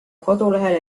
kodulehel